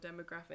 demographic